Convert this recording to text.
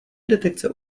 detekce